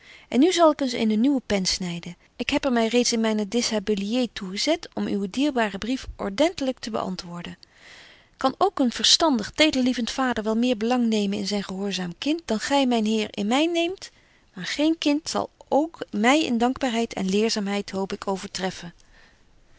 en nu zal ik eens eene nieuwe pen snyden ik heb er my reeds in myn deshabillié toe gezet om uwen dierbaren brief ordentelyk te bebetje wolff en aagje deken historie van mejuffrouw sara burgerhart antwoorden kan ook een verstandig tederlievent vader wel meer belang nemen in zyn gehoorzaam kind dan gy myn heer in my neemt maar geen kind zal ook my in dankbaarheid en leerzaamheid hoop ik overtreffen